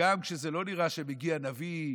שגם כשלא נראה שמגיע הנביא,